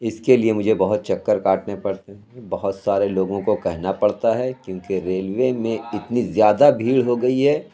اِس کے لیے مجھے بہت چکر کاٹنے پڑتے ہیں بہت سارے لوگوں کو کہنا پڑتا ہے کیوں کہ ریلوے میں اتنی زیادہ بھیڑ ہو گئی ہے